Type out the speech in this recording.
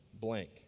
blank